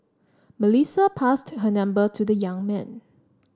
Melissa passed her number to the young man